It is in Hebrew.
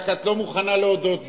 את רק לא מוכנה להודות בזה.